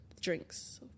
drinks